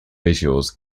visuals